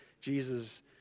Jesus